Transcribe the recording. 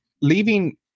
leaving